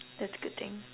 that's a good thing